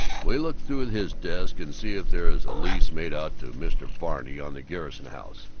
will you look through his desk and see if there is a lease made out to mr. varney on the garrison house?